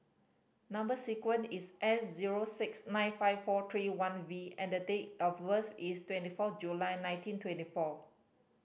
number sequence is S zero six nine five four three one V and the date of birth is twenty four July nineteen twenty four